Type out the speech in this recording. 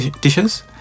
dishes